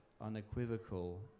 unequivocal